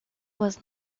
was